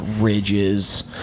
ridges